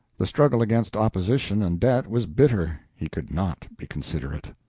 the struggle against opposition and debt was bitter. he could not be considerate.